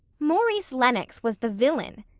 maurice lennox was the villain,